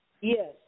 Yes